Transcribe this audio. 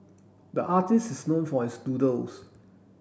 the artist is known for his doodles